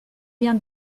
bien